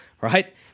right